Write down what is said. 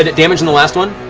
and damage on the last one?